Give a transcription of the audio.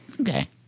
Okay